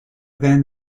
then